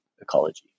ecology